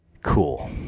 Cool